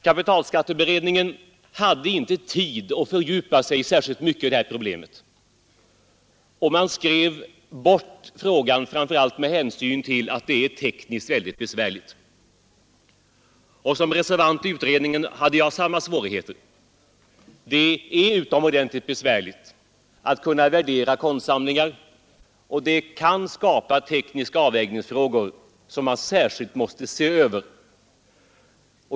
Kapitalskatteberedningen hade inte tid att fördjupa sig särskilt mycket i dessa problem och skrev därför bort frågan, framför allt med hänsyn till att värderingen tekniskt är så besvärlig. Och som reservant i beredningen hade jag samma svårigheter. Det är utomordentligt besvärligt att värdera konstsamlingar, och det kan skapa tekniska avvägningsfrågor som man särskilt måste se över.